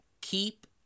keep